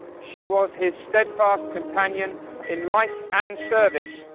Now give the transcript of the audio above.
she was his steadfast companion in life and service,